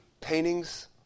Paintings